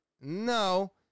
no